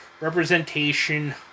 representation